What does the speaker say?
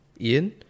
Ian